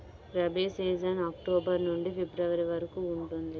rabi season October నుండి February వరకు ఉంటుంది